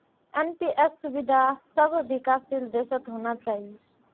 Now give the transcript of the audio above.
NPS सुविधा सब विकासशील देशत होना चाहिए